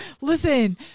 Listen